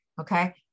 okay